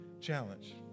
challenge